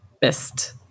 best